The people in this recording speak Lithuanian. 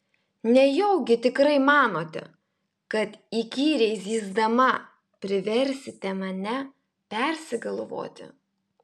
nejaugi tikrai manote kad įkyriai zyzdama priversite mane persigalvoti